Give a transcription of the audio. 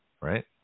right